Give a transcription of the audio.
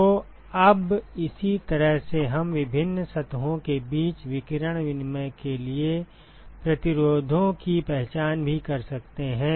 तो अब इसी तरह से हम विभिन्न सतहों के बीच विकिरण विनिमय के लिए प्रतिरोधों की पहचान भी कर सकते हैं